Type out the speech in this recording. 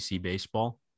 baseball